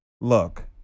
look